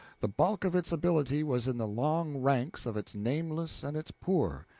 the bulk of its ability was in the long ranks of its nameless and its poor,